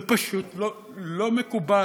זה פשוט לא מקובל,